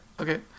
okay